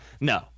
no